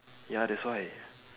ya that's why